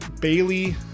Bailey